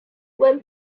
when